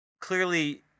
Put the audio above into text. clearly